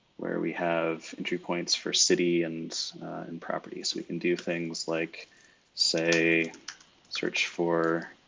where we have entry points for city and and property. so we can do things like say search for,